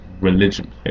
religion